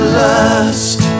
lust